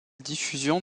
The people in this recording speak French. diffusion